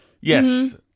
yes